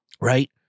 right